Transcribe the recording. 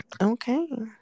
Okay